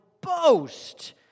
boast